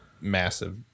massive